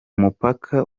mupaka